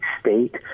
state